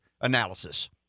analysis